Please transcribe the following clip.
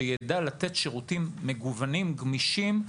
כך שיידע לתת שירותים מגוונים וגמישים,